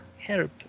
Help